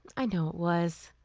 i know it was.